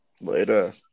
Later